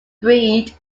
breed